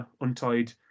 untied